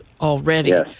already